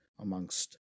amongst